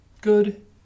good